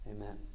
Amen